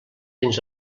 dins